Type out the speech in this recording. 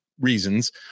reasons